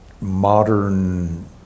modern